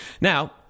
Now